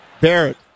Barrett